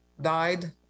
died